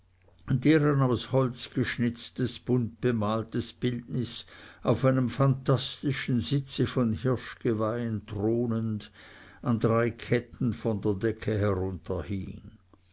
der justitia deren aus holz geschnitztes buntbemaltes bildnis auf einem phantastischen sitze von hirschgeweihen thronend an drei ketten von der decke